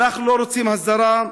אנחנו לא רוצים הסדרה,